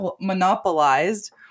monopolized